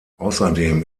außerdem